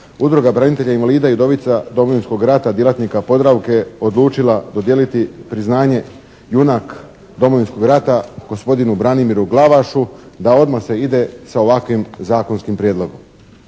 Udruga branitelja i invalida i udovica Domovinskog rata djelatnika "Podravke" odlučila dodijeliti priznanje "Junak Domovinskog rata" gospodinu Branimiru Glavašu da odmah se ide sa ovakvim zakonskim prijedlogom.